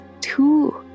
two